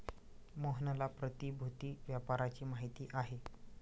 मोहनला प्रतिभूति व्यापाराची माहिती आहे